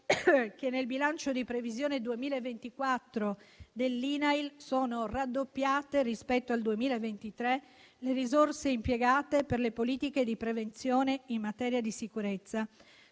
che, nel bilancio di previsione 2024 dell'INAIL, sono raddoppiate, rispetto al 2023, le risorse impiegate per le politiche di prevenzione in materia di sicurezza.